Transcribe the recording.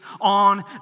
on